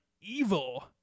Evil